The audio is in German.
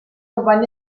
gewann